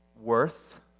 worth